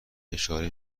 اشاره